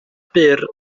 byr